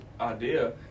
idea